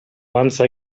once